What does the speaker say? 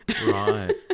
Right